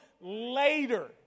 later